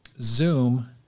zoom